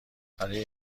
برای